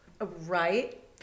Right